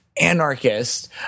anarchist